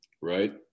right